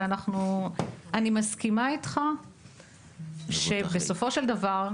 אני מסכימה איתך שבסופו של דבר,